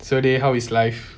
so dey how is life